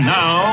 now